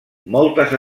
moltes